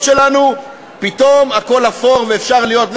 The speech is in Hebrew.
שלנו פתאום הכול אפור ואפשר להיות,